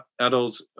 adults